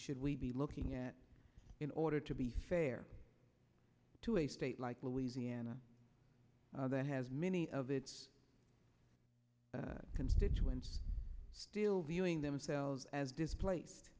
should we be looking at in order to be fair to a state like louisiana that has many of its constituents still viewing themselves as displaced